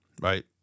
right